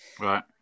Right